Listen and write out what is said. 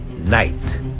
night